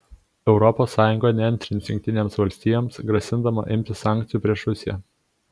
europos sąjunga neantrins jungtinėms valstijoms grasindama imtis sankcijų prieš rusiją